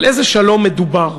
על איזה שלום מדובר?